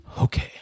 okay